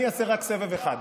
אני אעשה רק סבב אחד.